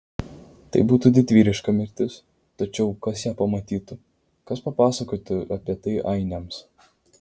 tai būtų didvyriška mirtis tačiau kas ją pamatytų kas papasakotų apie tai ainiams